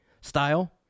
style